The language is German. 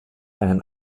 einen